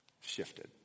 shifted